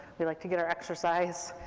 we like to get our exercise.